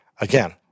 Again